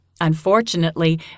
Unfortunately